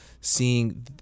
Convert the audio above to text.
seeing